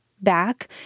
back